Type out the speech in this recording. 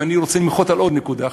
אני רוצה למחות על עוד נקודה אחת.